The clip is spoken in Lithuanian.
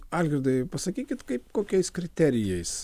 algirdai pasakykit kaip kokiais kriterijais